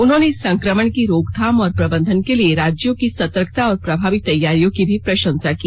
उन्होंने इस संक्रमण की रोकथाम और प्रबन्धन के लिए राज्यों की सतर्कता और प्रभावी तैयारियों की भी प्रशंसा की